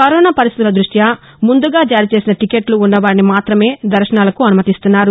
corona పరిస్టితుల దృష్యా ముందుగా జారీ చేసిన టీక్కెట్లు ఉన్న వారిని మాత్రమే దర్భనాలకు అసుమతిస్తున్నారు